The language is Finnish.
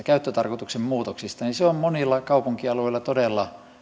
käyttötarkoituksen muutosmahdollisuuksista on monilla kaupunkialueilla todella